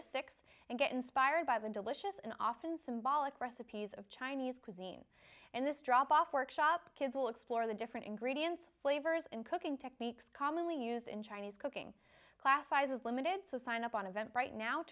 to six and get inspired by the delicious and often symbolic recipes of chinese cuisine and this drop off workshop kids will explore the different ingredients flavors and cooking techniques commonly used in chinese cooking class sizes limited to sign up on event right now